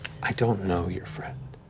i don't know your friend.